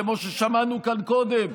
כמו ששמענו כאן קודם,